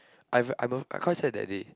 I've I'm a I quite sad that day